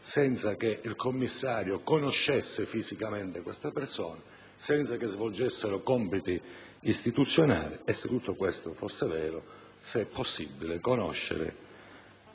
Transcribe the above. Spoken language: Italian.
senza che il commissario conoscesse fisicamente queste persone e senza che esse svolgessero compiti istituzionali. Se tutto questo fosse vero, chiedo di rendere